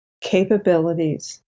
capabilities